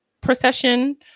procession